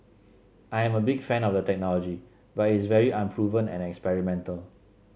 I am a big fan of the technology but is very unproven and experimental